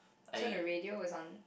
so the radio is on